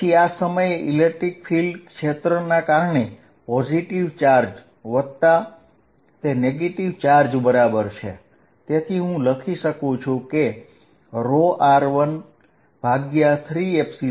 પછી આ સમયે ઇલેક્ટ્રિક ફીલ્ડ એ પોઝીટીવ ચાર્જ વત્તા તે નેગેટીવ ચાર્જને કારણે મળતા ફીલ્ડની બરાબર છે તેથી હું લખી શકું છું કે E r13 0